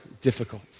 difficult